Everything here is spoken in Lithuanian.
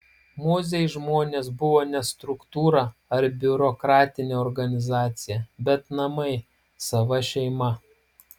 mozei žmonės buvo ne struktūra ar biurokratinė organizacija bet namai sava šeima